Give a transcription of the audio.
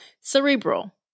cerebral